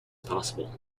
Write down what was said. possible